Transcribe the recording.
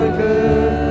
good